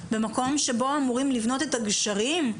במקום שבו אמורים לבנות את הגשרים,